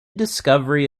discovery